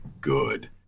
good